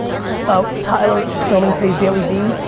ah tyler's so filming today's dailyvee,